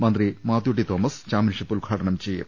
മന്ത്രി മാത്യു ടി തോമസ് ചാമ്പ്യൻഷിപ്പ് ഉദ്ഘാടനം ചെയ്യും